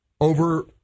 over